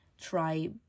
Try